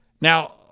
Now